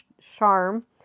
charm